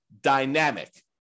dynamic